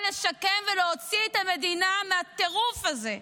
לשקם ולהוציא את המדינה מהטירוף הזה.